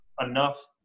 enough